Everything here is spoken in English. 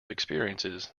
experiences